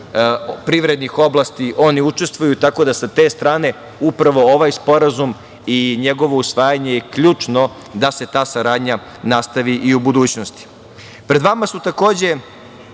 privrednih oblasti oni učestvuju, tako da sa te strane upravo ovaj sporazum i njegovo usvajanje je ključno da se ta saradnja nastavi i u budućnosti. Pred vama su, takođe,